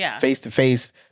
face-to-face